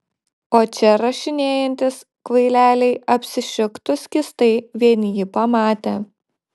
o čia rašinėjantys kvaileliai apsišiktų skystai vien jį pamatę